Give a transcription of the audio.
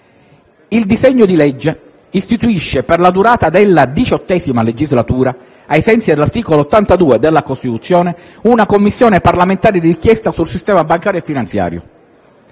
Il disegno di legge istituisce, per la durata della XVIII legislatura, ai sensi dell'articolo 82 della Costituzione, una Commissione parlamentare di inchiesta sul sistema bancario e finanziario.